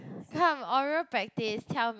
come oral practice tell me